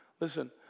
Listen